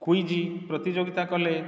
quiz ପ୍ରତିଯୋଗିତା କଲେ